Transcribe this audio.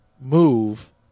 move